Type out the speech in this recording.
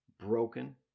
broken